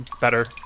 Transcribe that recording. better